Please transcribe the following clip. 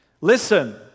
Listen